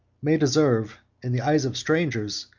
may deserve, in the eyes of strangers,